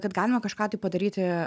kad galima kažką tai padaryti